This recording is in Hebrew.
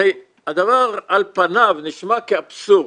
הרי הדבר על פניו נשמע כאבסורד,